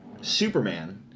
Superman